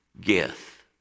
gift